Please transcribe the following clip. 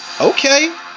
Okay